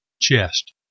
Chest